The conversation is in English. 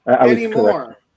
anymore